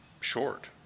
short